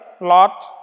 Lot